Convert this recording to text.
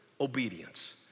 obedience